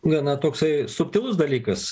gana toksai subtilus dalykas